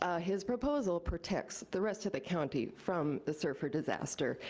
ah his proposal protects the rest of the county from the serfr disaster,